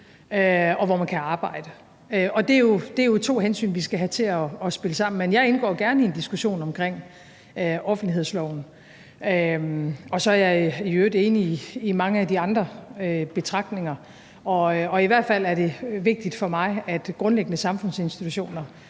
og hvor man kan arbejde. Det er to hensyn, vi skal have til at spille sammen. Men jeg indgår gerne i en diskussion omkring offentlighedsloven. Og så er jeg i øvrigt enig i mange af de andre betragtninger. Og i hvert fald er det vigtigt for mig, at grundlæggende samfundsinstitutioner